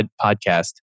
podcast